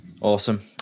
Awesome